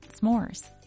s'mores